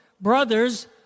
Brothers